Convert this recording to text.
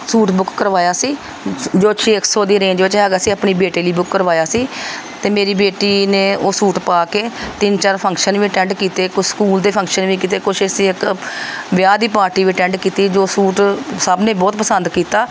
suit book ਕਰਵਾਇਆ ਸੀ ਜੋ ਛੇ ਕੁ ਸੌ ਦੀ ਰੇਂਜ ਵਿੱਚ ਹੈਗਾ ਸੀ ਆਪਣੀ ਬੇਟੀ ਲਈ ਬੁੱਕ ਕਰਵਾਇਆ ਸੀ ਅਤੇ ਮੇਰੀ ਬੇਟੀ ਨੇ ਉਹ ਸੂਟ ਪਾ ਕੇ ਤਿੰਨ ਚਾਰ ਫੰਕਸ਼ਨ ਵੀ ਅਟੈਂਡ ਕੀਤੇ ਕੁਛ ਸਕੂਲ ਦੇ ਫੰਕਸ਼ਨ ਵੀ ਕੀਤੇ ਕੁਛ ਅਸੀਂ ਇੱਕ ਵਿਆਹ ਦੀ ਪਾਰਟੀ ਵੀ ਅਟੈਂਡ ਕੀਤੀ ਜੋ ਸੂਟ ਸਭ ਨੇ ਬਹੁਤ ਪਸੰਦ ਕੀਤਾ